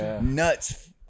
nuts